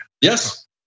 yes